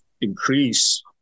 increase